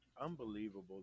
unbelievable